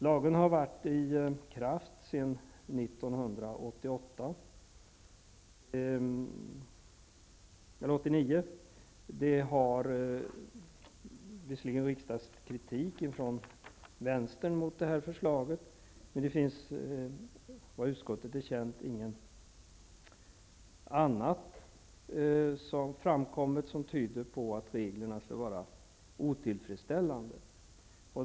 Lagen har varit i kraft sedan den 1 juli 1990. Det har visserligen riktats kritik från vänsterpartiet mot förslaget. Men det har såvitt utskottet känner till inte framkommit något som tyder på att reglerna skulle vara otillfredsställande.